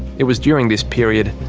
it was during this period,